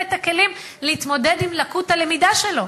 את הכלים להתמודד עם לקות הלמידה שלו,